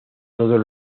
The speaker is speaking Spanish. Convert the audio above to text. todos